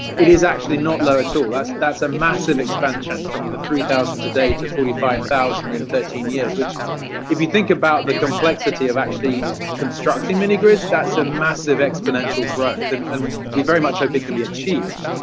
it is actually not low at all. that's that's a massive expansion from the three thousand today to forty five thousand in thirteen years. which if you think about the complexity of actually constructing mini grids, that's a massive exponential growth and and we very much hope it can be achieved.